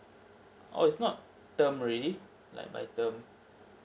oh it's not term already like by term